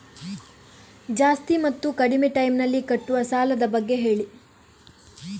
ಜಾಸ್ತಿ ಮತ್ತು ಕಡಿಮೆ ಟೈಮ್ ನಲ್ಲಿ ಕಟ್ಟುವ ಸಾಲದ ಬಗ್ಗೆ ಹೇಳಿ